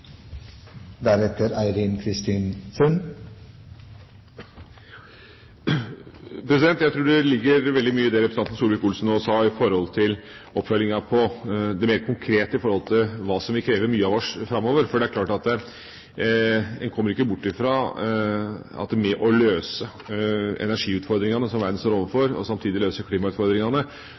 Jeg tror det ligger veldig mye i det representanten Solvik-Olsen nå sa om oppfølgingen av det mer konkrete – hva som vil kreve mye av oss framover. For en kommer ikke bort fra at for å møte energiutfordringene som verden står overfor, og samtidig møte klimautfordringene,